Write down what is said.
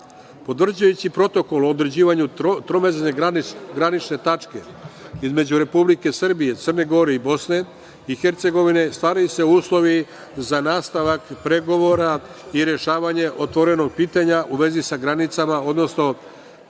Potvrđujući protokol o određivanju tromeđne granične tačke između Republike Srbije, Crne Gore i BiH stvaraju se uslovi za nastavak pregovora i rešavanje otvorenog pitanja u vezi sa granicama, odnosno